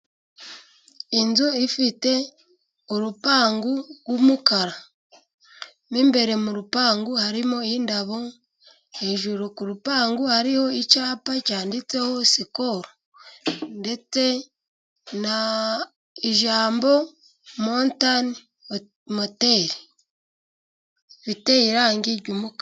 Inzu ifite urupangu rw'umukara mw'imbere mu rupangu harimo n'indabo, hejuru ku rupangu hariho icyapa cyanditseho sikolu ndetse n'ijambo motani moteri, iteye irangi ry'igikara.